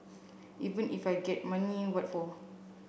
even if we get money what for